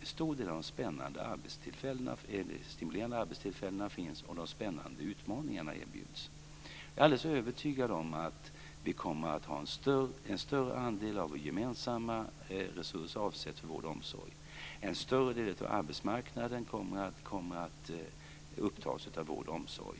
en stor del av de stimulerande arbetstillfällena finns och de spännande utmaningarna erbjuds. Jag är alldeles övertygad om att vi kommer att ha en större andel av våra gemensamma resurser avsatta för vård och omsorg. En större del av arbetsmarknaden kommer att upptas av vård och omsorg.